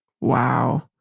Wow